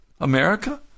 America